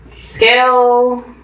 scale